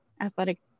athletic